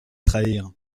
trahir